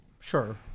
Sure